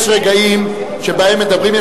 יש רגעים שבהם מדברים,